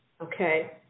Okay